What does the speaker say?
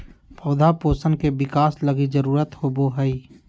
पौधा पोषण के बिकास लगी जरुरत होबो हइ